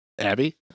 Abby